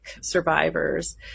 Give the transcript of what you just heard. survivors